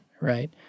right